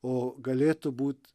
o galėtų būt